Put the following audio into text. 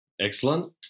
Excellent